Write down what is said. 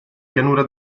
pianure